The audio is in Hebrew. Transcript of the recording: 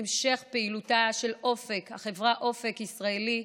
המשך פעילותה של החברה "אופק ישראלי",